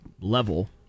level